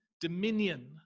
dominion